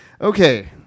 Okay